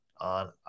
on